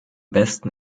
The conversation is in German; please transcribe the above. besten